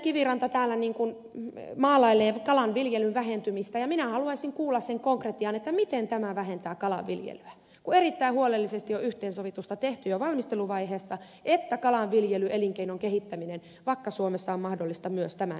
kiviranta täällä maalailee kalanviljelyn vähentymistä ja minä haluaisin kuulla sen konkretian miten tämä vähentää kalanviljelyä kun on erittäin huolellisesti yhteensovitusta tehty jo valmisteluvaiheessa että kalanviljelyelinkeinon kehittäminen vakka suomessa on mahdollista myös tämän jälkeen